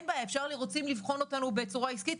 רוצים לבחון אותנו בצורה עסקית,